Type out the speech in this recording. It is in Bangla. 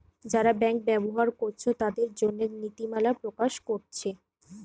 যারা ব্যাংক ব্যবহার কোরছে তাদের জন্যে নীতিমালা প্রকাশ কোরছে